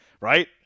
right